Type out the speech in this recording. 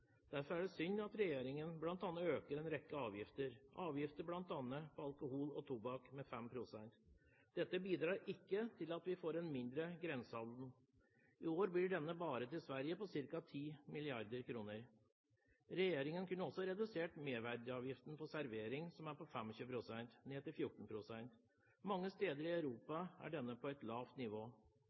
Derfor er det synd at regjeringen øker en rekke avgifter, bl.a. på alkohol og tobakk med 5 pst. Dette bidrar ikke til at vi får mindre grensehandel. I år blir denne bare i Sverige på ca. 10 mrd. kr. Regjeringen kunne også redusert merverdiavgiften på servering, som er på 25 pst., til 14 pst. Mange steder i Europa er denne på et lavt nivå.